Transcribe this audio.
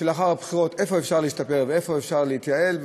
שלאחר הבחירות איפה אפשר להשתפר ואיפה אפשר להתייעל.